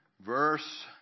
verse